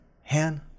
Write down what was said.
Han